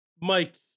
Mike